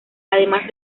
además